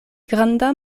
granda